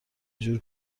جور